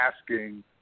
asking